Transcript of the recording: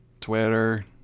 Twitter